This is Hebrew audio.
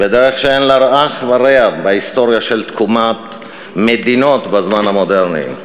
בדרך שאין לה אח ורע בהיסטוריה של תקומת מדינות בזמן המודרני.